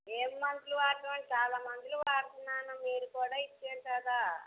ఏం మందులు వాడటం అంటే చాలా మందులు వాడుతున్నాను మీరు కూడా ఇచ్చారు కదా